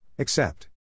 Accept